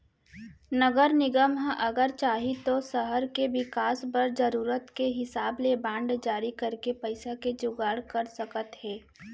नगर निगम ह अगर चाही तौ सहर के बिकास बर जरूरत के हिसाब ले बांड जारी करके पइसा के जुगाड़ कर सकत हे